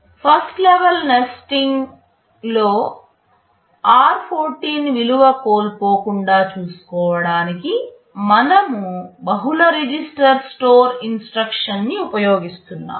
first level నేస్ట్ఇంగ్లో r14 విలువ కోల్పోకుండా చూసుకోవడానికి మనము బహుళ రిజిస్టర్ స్టోర్ ఇన్స్ట్రక్షన్ STMFD ని ఉపయోగిస్తున్నాము